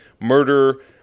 murder